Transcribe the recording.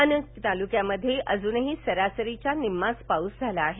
अनेक तालुक्यात अजूनही सरासरीच्या निम्माच पाऊस झाला आहे